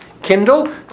Kindle